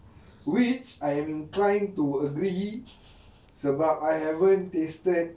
which I am inclined to agree sebab about I haven't tasted